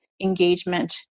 engagement